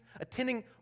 attending